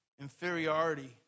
inferiority